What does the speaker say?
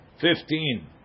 fifteen